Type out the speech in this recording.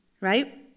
right